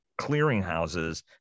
clearinghouses